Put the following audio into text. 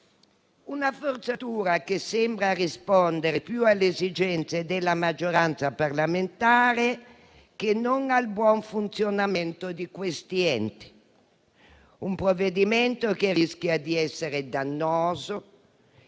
una forzatura che sembra rispondere più alle esigenze della maggioranza parlamentare che non al buon funzionamento di questi enti, un provvedimento che rischia di essere dannoso